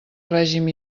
règim